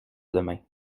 demain